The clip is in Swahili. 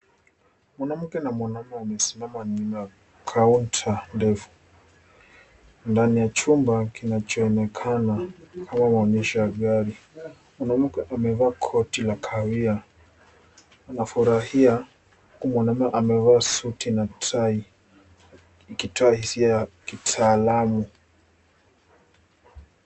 Mwanamke na mwanaume amesimama nyuma ya kaunta ndefu ndani ya chumba kinachoonekana ama maonyesho ya gari ,mwanamke amevaa koti la kawia anafurahia huku mwanamume amevaa suti na tai ikitoa hisia kitaalamu.